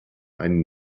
ein